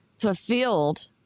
fulfilled